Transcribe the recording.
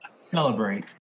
Celebrate